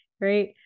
right